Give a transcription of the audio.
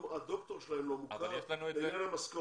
התואר דוקטור שלהם לא מוכר לעניין המשכורת.